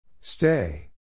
Stay